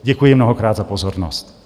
Děkuji mnohokrát za pozornost.